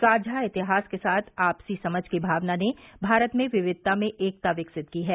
साझा इतिहास के साथ आपसी समझ की भावना ने भारत में विविधता में एकता विकसित की है